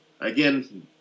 Again